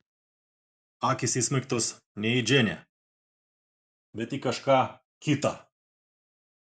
akys įsmeigtos ne į džeinę bet į kažką kitą